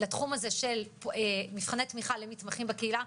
לתחום הזה של מבחני תמיכה למתמחים בקהילה.